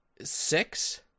six